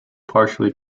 partially